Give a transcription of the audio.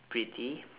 pretty